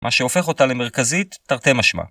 מה שהופך אותה למרכזית תרתי משמע.